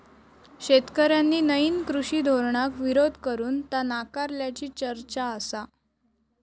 शेतकऱ्यांनी नईन कृषी धोरणाक विरोध करून ता नाकारल्याची चर्चा आसा